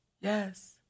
Yes